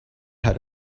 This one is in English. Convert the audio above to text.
had